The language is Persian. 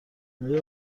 آیا